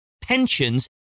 pensions